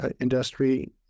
industry